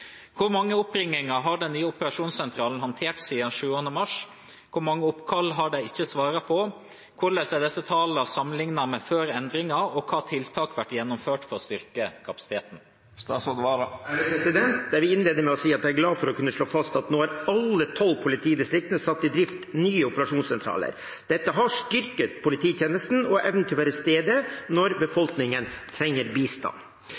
Kor mange oppringingar har den nye operasjonssentralen handtert sidan 7. mars, kor mange oppkall har dei ikkje svara på, korleis er desse tala samanlikna med før endringa og kva tiltak vert gjennomførte for å styrka kapasiteten?» Jeg vil innlede med å si at jeg er glad for å kunne slå fast at nå har alle tolv politidistrikter satt i drift nye operasjonssentraler. Dette har styrket polititjenesten og evnen til å være til stede når befolkningen trenger bistand.